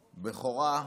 הבכורה,